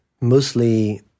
mostly